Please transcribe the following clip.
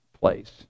place